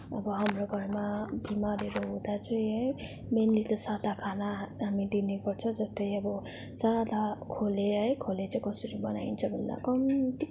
अब हाम्रो घरमा बिमारहरू हुँदा चाहिँ है मेन्ली त सादा खाना हामी दिने गर्छौँ जस्तै अब सादा खोले है खोले चाहिँ कसरी बनाइन्छ भन्दा कम्ती